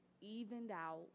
evened-out